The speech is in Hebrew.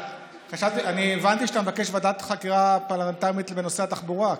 אני הבנתי שאתה מבקש ועדת חקירה פרלמנטרית בנושא התחבורה,